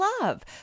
love